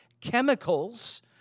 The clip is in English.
chemicals